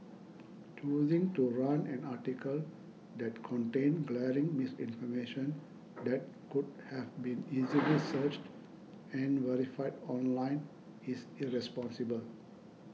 choosing to run an article that contained glaring misinformation that could have been easily searched and verified online is irresponsible